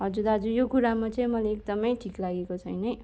हजुर दाजु यो कुरामा चाहिँ मलाई एकदमै ठिक लागेको छैन है